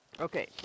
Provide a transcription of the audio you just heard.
Okay